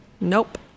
Nope